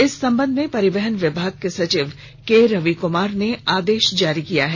इस संबंध में परिवहन विभाग के सचिव के रविकुमार ने आदेश जारी कर दिया है